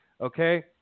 Okay